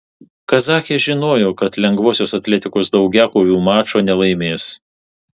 kazachės žinojo kad lengvosios atletikos daugiakovių mačo nelaimės